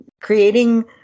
creating